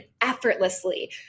effortlessly